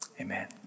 Amen